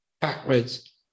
backwards